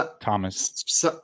Thomas